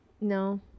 No